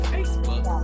Facebook